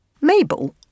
Mabel